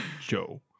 Joe